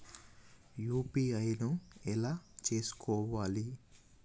UPI ను ఎలా చేస్కోవాలి?